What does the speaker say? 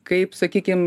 kaip sakykim